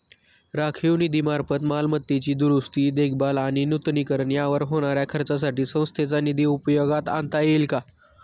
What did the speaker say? राखीव निधीमार्फत मालमत्तेची दुरुस्ती, देखभाल आणि नूतनीकरण यावर होणाऱ्या खर्चासाठी संस्थेचा निधी उपयोगात आणता येईल का?